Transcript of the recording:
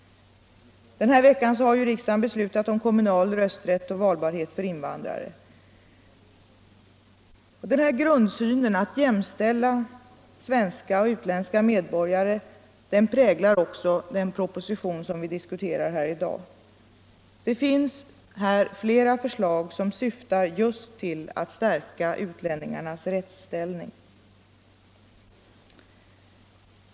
Denna vecka har riksdagen beslutat om kommunal rösträtt och valbarhet för invandrare. Denna grundsyn — att jämställa svenska och utländska medborgare här i landet — präglar också den proposition som vi diskuterar i dag. Där finns flera förslag som just syftar till att stärka utlänningars rättsställning.